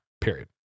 Period